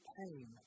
pain